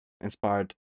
inspired